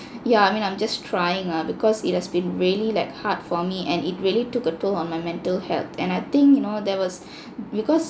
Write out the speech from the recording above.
yeah I mean I'm just trying ah because it has been really like hard for me and it really took a toll on my mental health and I think you know there was because